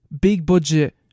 big-budget